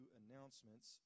announcements